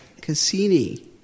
Cassini